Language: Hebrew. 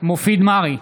מופיד מרעי,